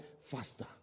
faster